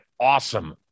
awesome